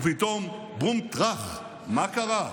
ופתאום, בום טראח, מה קרה?